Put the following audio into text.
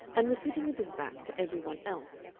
and was sitting with his back to every one else,